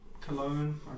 Cologne